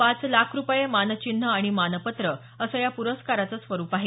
पाच लाख रुपये मानचिन्ह आणि मानपत्र असं या प्रस्काराचं स्वरुप आहे